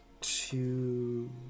two